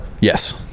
Yes